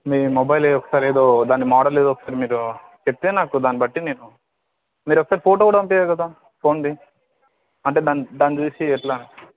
మీ mobile ఏది ఒకసారి ఏదో దాని మోడల్ ఏదో ఒకసారి మీరు చెప్తే నాకు దాన్నిబట్టి నేను మీరు ఒకసారి ఫోటోలో పంపించరు కదా ఫోన్ది అంటే దాని దాన్ని చూసి ఎట్లా